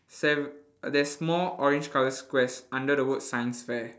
sam there's more orange colour squares under the word science fair